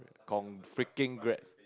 con~ freaking ~grats